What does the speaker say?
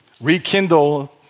rekindle